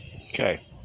Okay